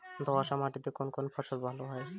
দোঁয়াশ মাটিতে কোন কোন ফসল ভালো হয়?